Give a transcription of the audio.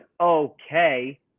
okay